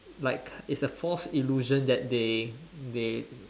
like it's a false illusion that they they